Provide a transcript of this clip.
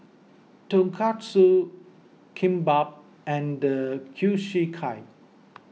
Tonkatsu Kimbap and Kushiyaki